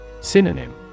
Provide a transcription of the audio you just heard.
Synonym